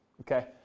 okay